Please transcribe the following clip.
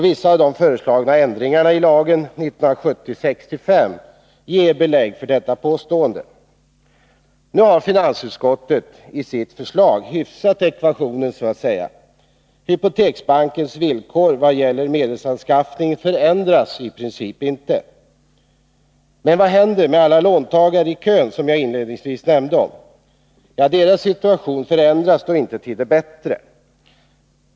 Vissa av de föreslagna ändringarna i lagen 1970:65 ger belägg för detta påstående. Nu har finansutskottet i sitt förslag så att säga hyfsat ekvationen. Hypoteksbankens villkor vad gäller medelsanskaffning förändras i princip inte. Men vad händer med alla låntagare i kön, som jag nyss nämnde? Deras situation förändras sannerligen inte till det bättre.